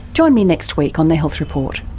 join me next week on the health report